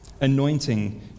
anointing